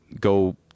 go